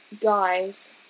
guys